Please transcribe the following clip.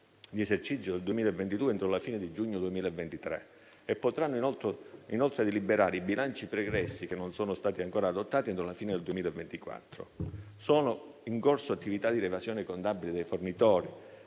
di esercizio del 2022 entro la fine di giugno 2023 e potranno inoltre deliberare i bilanci pregressi, che non sono stati ancora adottati, entro la fine del 2024. Sono in corso attività di revisione contabile dei fornitori,